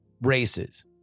races